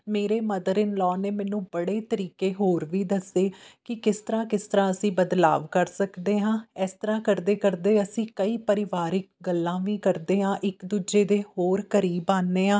ਮੇਰੇ mother in law ਨੇ ਮੈਨੂੰ ਬੜੇ ਤਰੀਕੇ ਹੋਰ ਵੀ ਦੱਸੇ ਕਿ ਕਿਸ ਤਰ੍ਹਾਂ ਕਿਸ ਤਰ੍ਹਾਂ ਅਸੀਂ ਬਦਲਾਅ ਕਰ ਸਕਦੇ ਹਾਂ ਇਸ ਤਰ੍ਹਾਂ ਕਰਦੇ ਕਰਦੇ ਅਸੀਂ ਕਈ ਪਰਿਵਾਰਿਕ ਗੱਲਾਂ ਵੀ ਕਰਦੇ ਹਾਂ ਇੱਕ ਦੂਜੇ ਦੇ ਹੋਰ ਕਰੀਬ ਆਉਂਦੇ ਹਾਂ